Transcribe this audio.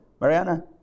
Mariana